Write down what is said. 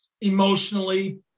emotionally